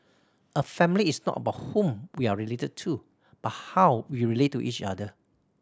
a family is not about whom we are related to but how we relate to each other